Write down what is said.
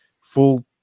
full